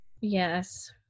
Yes